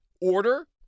order